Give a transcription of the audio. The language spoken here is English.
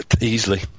Easily